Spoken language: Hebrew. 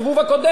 לבד,